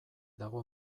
dago